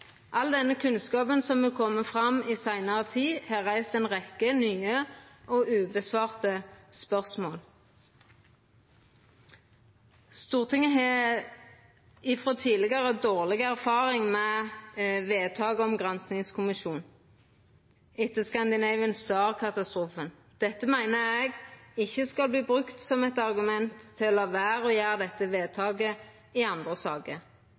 All den kunnskapen som er komen fram i seinare tid, har reist ei rekkje nye spørsmål som ikkje har fått svar. Stortinget har frå tidlegare, etter «Scandinavian Star»-katastrofen, dårleg erfaring med vedtak om granskingskommisjon. Det meiner eg ikkje skal verta brukt som eit argument for å la vera å gjera det vedtaket i andre saker,